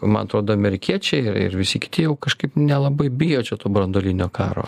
man atrodo amerikiečiai ir ir visi kiti jau kažkaip nelabai bijo čia to branduolinio karo